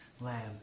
lab